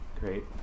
Great